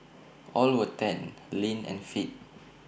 all were tanned lean and fit